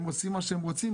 הם עושים מה שהם רוצים,